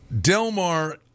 Delmar